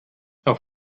auf